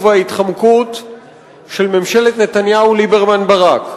וההתחמקות של ממשלת נתניהו-ליברמן-ברק.